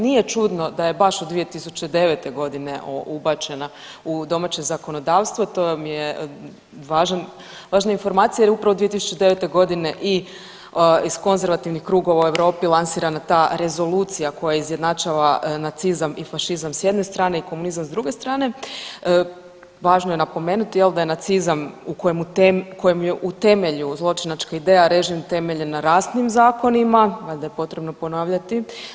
Nije čudno da je baš u 2009.g. ubačena u domaće zakonodavstvo, to vam je važna informacija jer upravo 2009.g. i iz konzervativnih krugova u Europi lansirana ta rezolucija koja izjednačava nacizam i fašizam s jedne strane i komunizam s druge strane, važno je napomenuti da je nacizam kojem je u temelju zločinačka ideja režim temeljen na rasnim zakonima, valjda je potrebno ponavljati.